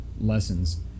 lessons